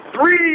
three